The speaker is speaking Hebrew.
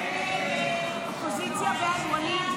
46 בעד, 55 נגד.